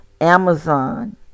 Amazon